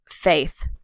faith